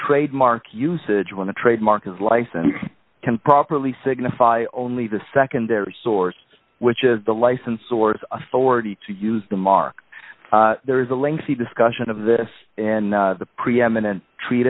rademark usage when the trademark is license can properly signify only the secondary source which is the license or authority to use the mark there is a lengthy discussion of this in the preeminen